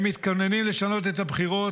הם מתכוננים לשנות את הבחירות.